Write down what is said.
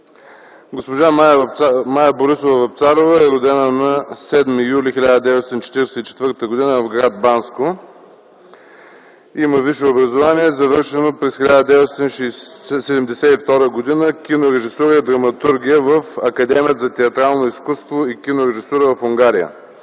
Госпожа Мая Борисова Вапцарова е родена на 7 юли 1944 г. в гр. Банско. Има висше образование, завършено през 1972 г. – кинорежисура и драматургия в Академията за театрално изкуство и кинорежисура в Унгария.